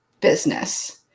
business